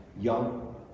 young